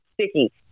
sticky